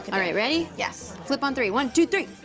yeah alright, ready? yes. flip on three, one, two, three!